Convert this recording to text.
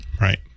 Right